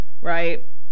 Right